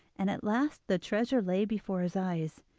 and at last the treasure lay before his eyes.